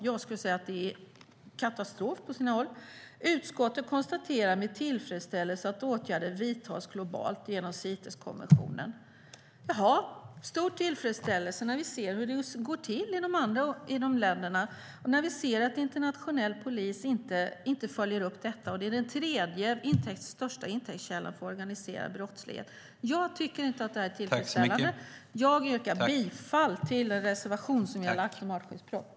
Jag skulle säga att det på sina håll är katastrof. Sedan sägs det: "Utskottet konstaterar med tillfredsställelse att åtgärder vidtas globalt genom Citeskonventionen. "